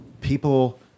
people